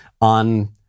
on